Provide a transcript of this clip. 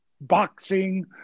boxing